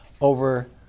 over